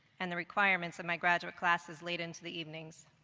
and the requirements of my graduate classes late into the evenings.